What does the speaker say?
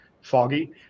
foggy